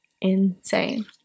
Insane